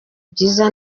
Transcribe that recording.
byiza